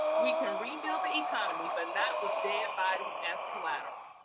we can rebuild the economy, but not with dead bodies as collateral.